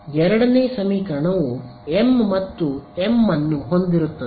ಎರಡನೇ ಸಮೀಕರಣವು m ಮತ್ತು m ಅನ್ನು ಹೊಂದಿರುತ್ತದೆ